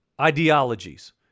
ideologies